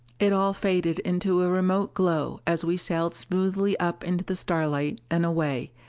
it all faded into a remote glow as we sailed smoothly up into the starlight and away,